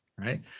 right